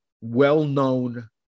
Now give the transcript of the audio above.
well-known